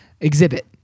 exhibit